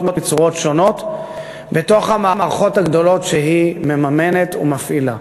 מצורות שונות בתוך המערכות הגדולות שהיא מממנת ומפעילה,